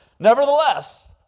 Nevertheless